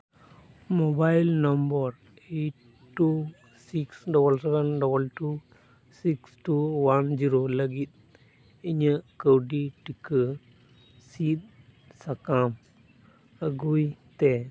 mobile number eight two six double seven double two six two one zero ᱞᱟᱹᱜᱤᱫ ᱤᱧᱟᱹᱜ ᱠᱟᱹᱣᱰᱤ ᱴᱤᱠᱟᱹ ᱥᱤᱫ ᱥᱟᱠᱟᱢ ᱟᱹᱜᱩᱭᱛᱮ